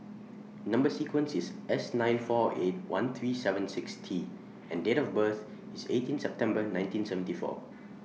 Number sequence IS S nine four eight one three seven six T and Date of birth IS eighteen September nineteen seventy four